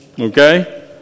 Okay